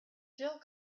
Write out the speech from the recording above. jill